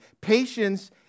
Patience